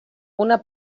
una